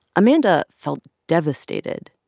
amanda felt devastated.